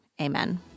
Amen